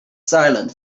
silent